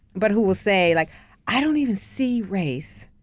but who will say, like i don't even see race,